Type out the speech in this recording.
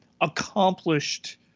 Accomplished